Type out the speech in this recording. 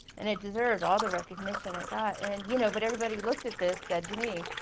and it deserved all the recognition it got and you know, but everybody looked at this, said to me,